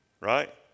Right